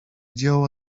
dzieło